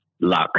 Luck